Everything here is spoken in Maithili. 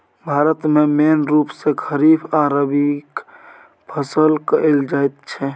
भारत मे मेन रुप मे खरीफ आ रबीक फसल कएल जाइत छै